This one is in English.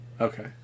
Okay